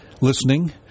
listening